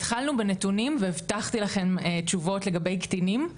התחלנו בנתונים והבטחנו לכם תשובות לגבי קטינים,